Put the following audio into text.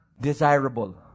desirable